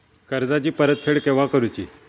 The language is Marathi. कर्जाची परत फेड केव्हा करुची?